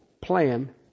plan